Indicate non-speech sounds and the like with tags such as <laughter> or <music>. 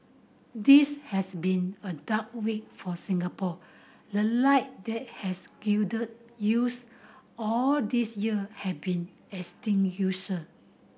this has been a dark week for Singapore the light that has <unintelligible> use all these year has been extinguished